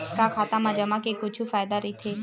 का खाता मा जमा के कुछु फ़ायदा राइथे?